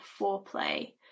foreplay